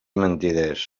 mentiders